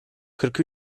kırk